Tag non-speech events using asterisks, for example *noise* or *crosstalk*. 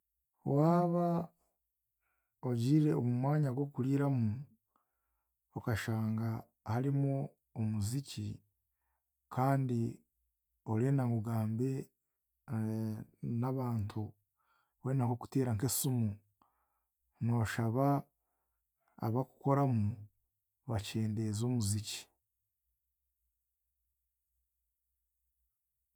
Waaba ogiire omu mwanya gw'okuriiramu, okashanga harimu omuziki, kandi orenda ngu ogambe *hesitation* n'abantu, orenda nk'okuteera nk'esimu, nooshaba abakukoramu, bakyendeeze omuziki.